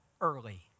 early